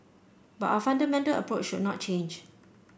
but our fundamental approach should not change